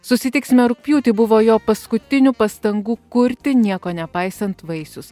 susitiksime rugpjūtį buvo jo paskutinių pastangų kurti nieko nepaisant vaisius